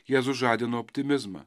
jėzus sužadino optimizmą